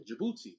Djibouti